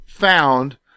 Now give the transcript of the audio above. found